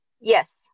yes